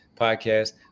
podcast